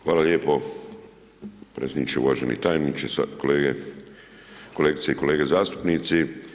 Hvala lijepo predsjedniče, uvaženi tajniče, kolegice i kolege zastupnici.